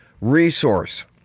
resource